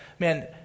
Man